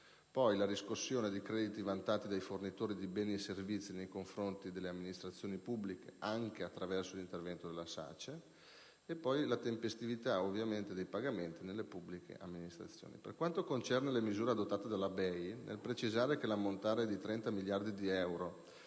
poi, la riscossione di crediti vantati dai fornitori di beni e servizi nei confronti di amministrazioni pubbliche anche attraverso l'intervento della SACE spa; infine, la tempestività dei pagamenti delle pubbliche amministrazioni. Per quanto concerne le misure adottate dalla Banca europea per gli investimenti, nel precisare che l'ammontare di 30 miliardi di euro